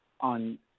on